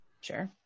Sure